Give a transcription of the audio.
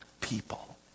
people